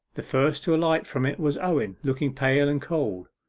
the first to alight from it was owen, looking pale and cold.